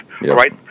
right